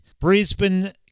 Brisbane